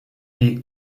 die